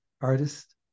artist